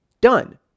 done